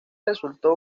resultó